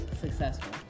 successful